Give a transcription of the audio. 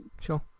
Sure